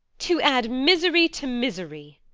to add misery to misery!